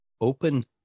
open